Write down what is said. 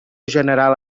general